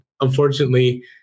unfortunately